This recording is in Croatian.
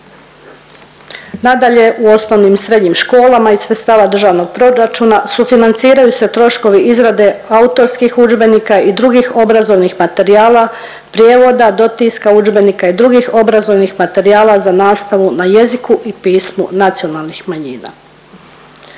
Nadalje u osnovnim i srednjim školama iz sredstava državnog proračuna sufinanciraju se troškovi izrade autorskih udžbenika i drugih obrazovnih materijala, prijevoda, dotiska udžbenika i drugih obrazovnih materijala za nastavu na jeziku i pismu nacionalnih manjina.